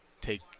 take